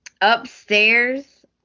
Upstairs